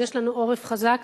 אז יש לנו עורף חזק